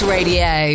Radio